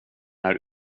här